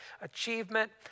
achievement